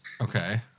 Okay